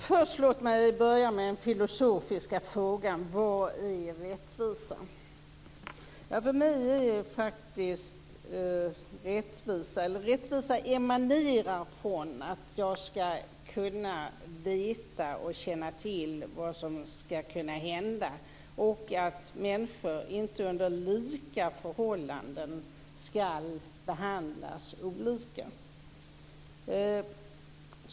Herr talman! Låt mig börja med den filosofiska frågan vad rättvisa är. För mig emanerar rättvisa från att man skall känna till vad som skall kunna hända och att människor under lika förhållanden inte skall behandlas olika.